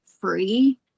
free